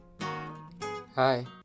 Hi